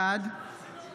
בעד